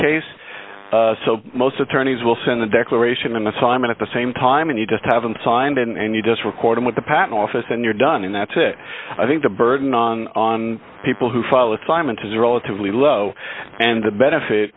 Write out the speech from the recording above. case so most attorneys will send a declaration an assignment at the same time and you just haven't signed and you just record with the patent office and you're done and that's it i think the burden on on people who fall assignment is relatively low and the benefit